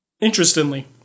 Interestingly